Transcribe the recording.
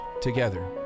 together